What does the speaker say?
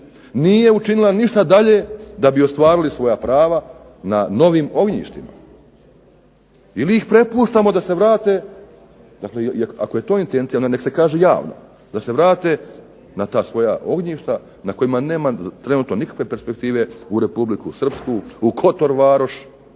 nije učinila ništa dalje da bi ostvarili svoja prava na novim ognjištima. Ili ih prepuštamo da se vrate, dakle ako je to intencija onda nek se kaže javno, da se vrate na ta svoja ognjišta na kojima nema trenutno nikakve perspektive u Republiku Srpsku, u Kotor Varoš